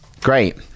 Great